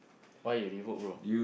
why you revoke bro